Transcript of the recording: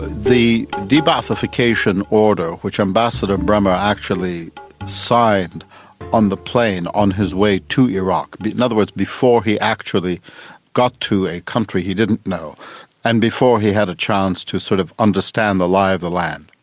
the the de-ba'athification order which ambassador bremer actually signed on the plane on his way to iraq, but in other words before he actually got to a country he didn't know and before he had a chance to sort of understand the lie of the land,